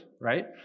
right